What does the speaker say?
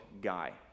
guy